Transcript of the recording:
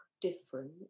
different